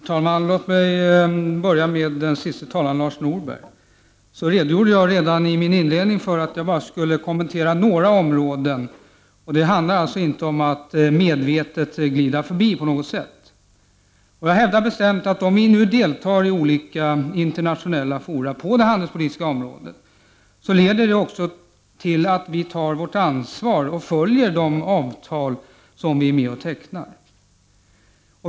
Herr talman! Låt mig börja med Lars Norberg. Jag redogjorde redan i min inledning för att jag skulle kommentera bara några områden. Det handlar alltså inte om att glida förbi på något sätt. Jag hävdar bestämt att om vi nu deltar i olika internationella fora på det handelspolitiska området, leder det också till att vi tar vårt ansvar och följer de avtal som vi är med och tecknar.